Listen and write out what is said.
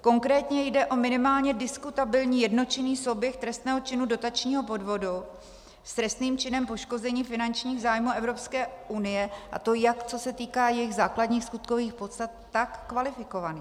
Konkrétně jde o minimálně diskutabilní jednočinný souběh trestného činu dotačního podvodu s trestným činem poškození finančních zájmů Evropské unie, a to jak co se týká jejích základních skutkových podstat, tak kvalifikovaných.